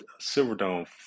Silverdome